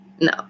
No